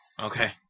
Okay